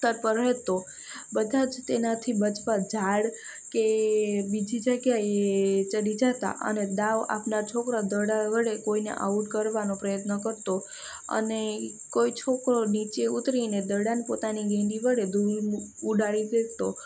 તત્પર રહેતો બધાં જ તેનાથી બચવા ઝાડ કે બીજી જગ્યાએ ચડી જાતા અને દાવ આપનાર છોકરો દડા વડે કોઈને આઉટ કરવાનો પ્રયત્ન કરતો અને એ કોઈ છોકરો નીચે ઊતરીને દડાને પોતાની ગેડી વડે દૂર ઉડાડી દેતો